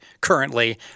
currently